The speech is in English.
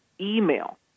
email